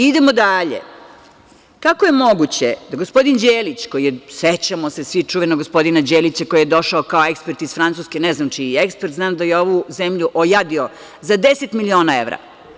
Idemo dalje, kako je moguće da gospodin Đelić, sećamo se svi čuvenog gospodina Đelića koji je došao kao ekspert iz Francuske, ne znam čiji ekspert, znam da je ovu zemlju ojadio za 10 miliona evra.